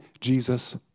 Jesus